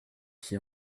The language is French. qui